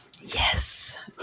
Yes